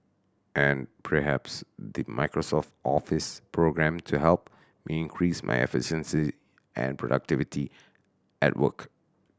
and perhaps the Microsoft Office programme to help me increase my efficiency and productivity at work